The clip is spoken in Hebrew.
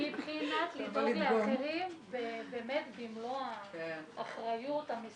מבחינת לדאוג לאחרים במלוא האחריות, המסירות.